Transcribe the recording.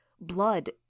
Blood